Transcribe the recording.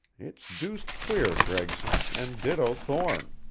it's deuced queer, gregson and ditto, thorne.